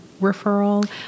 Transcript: referral